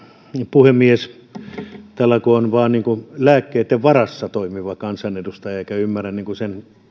puhemies täällä kun on vain lääkkeitten varassa toimiva kansanedustaja joka ei ymmärrä sen